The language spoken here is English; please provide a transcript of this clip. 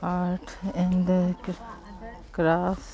art and the craft